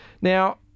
Now